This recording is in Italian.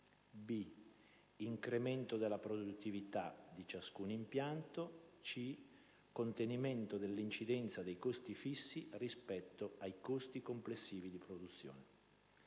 incremento della produttività di ciascun impianto e contenimento dell'incidenza dei costi fissi rispetto ai costi complessivi di produzione.